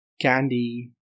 candy